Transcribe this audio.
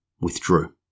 withdrew